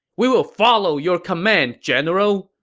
we will follow your command, general!